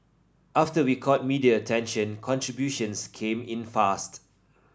after we caught media attention contributions came in fast